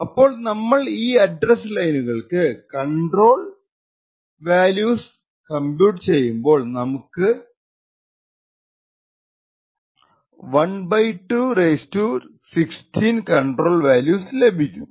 അപ്പോൾ നമ്മൾ ഈ അഡ്രസ്സ് ലൈനുകൾക്ക് കണ്ട്രോൾ വല്സ് കമ്പ്യൂട്ട് ചെയ്യുമ്പോൾ നമുക്ക് 12 16 കണ്ട്രോൾ വല്സ് ലഭിക്കും